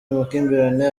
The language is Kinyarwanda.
amakimbirane